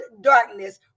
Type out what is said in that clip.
darkness